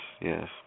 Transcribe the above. yes